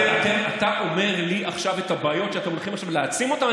אתה אומר לי עכשיו את הבעיות שאתם הולכים עכשיו להעצים אותם.